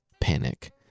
panic